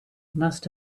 must